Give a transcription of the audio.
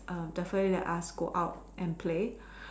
err definitely let us go out and play